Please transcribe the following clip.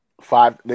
Five